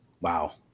Wow